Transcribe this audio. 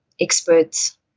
experts